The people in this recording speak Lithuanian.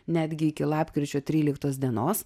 netgi iki lapkričio tryliktos dienos